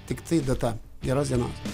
tiktai data geros dienos